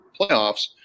playoffs